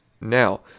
Now